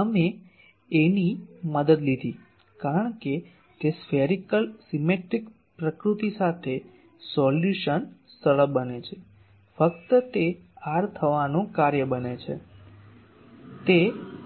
અમે A ની મદદ લીધી કારણ કે તે સ્ફેરીકલ સીમેત્રીક પ્રકૃતિ સાથે સોલ્યુશન સરળ બને છે ફક્ત તે r થવાનું કાર્ય બને છે તે